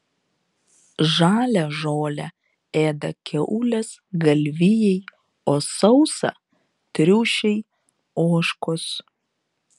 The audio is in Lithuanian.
žalią žolę ėda kiaulės galvijai o sausą triušiai ožkos